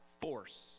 force